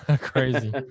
Crazy